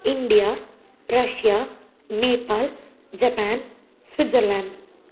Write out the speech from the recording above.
India Russia Nepal Japan Switzerland